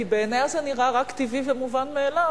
כי בעיניה זה נראה רק טבעי ומובן מאליו.